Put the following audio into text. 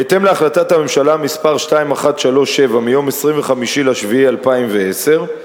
בהתאם להחלטת הממשלה מס' 2137 מיום 25 ביולי 2010,